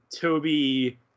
Toby